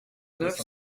neuf